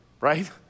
right